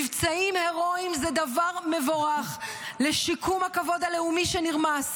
מבצעים הירואיים זה דבר מבורך לשיקום הכבוד הלאומי שנרמס